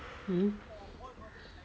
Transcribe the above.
mm